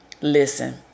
Listen